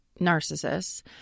narcissists